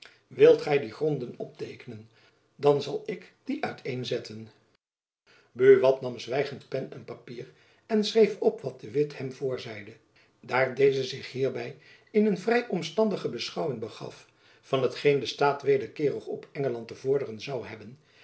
wilt gy die gronden opteekenen dan zal ik die uit een zetten buat nam zwijgend pen en papier en schreef op wat de witt hem voorzeide daar deze zich hierby in een vrij omstandige beschouwing begaf van hetgeen de staat wederkeerig op engeland te vorderen zoû hebben